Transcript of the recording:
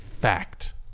Fact